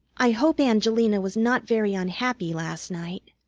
i hope angelina was not very unhappy last night.